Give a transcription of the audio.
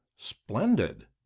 splendid